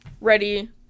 ready